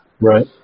Right